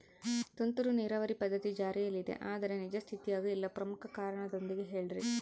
ತುಂತುರು ನೇರಾವರಿ ಪದ್ಧತಿ ಜಾರಿಯಲ್ಲಿದೆ ಆದರೆ ನಿಜ ಸ್ಥಿತಿಯಾಗ ಇಲ್ಲ ಪ್ರಮುಖ ಕಾರಣದೊಂದಿಗೆ ಹೇಳ್ರಿ?